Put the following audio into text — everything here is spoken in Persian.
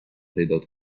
پیدات